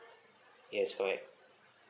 yes correct